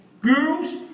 Girls